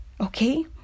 Okay